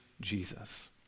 Jesus